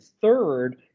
third